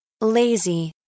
Lazy